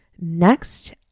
Next